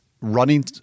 running